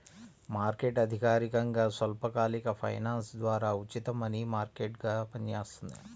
market అధికారికంగా స్వల్పకాలిక finance ద్వారా ఉచిత మనీ మార్కెట్గా పనిచేస్తుంది